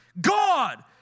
God